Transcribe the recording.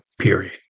period